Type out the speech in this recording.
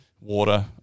water